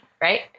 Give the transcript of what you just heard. right